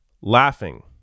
laughing